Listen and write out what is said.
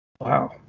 Wow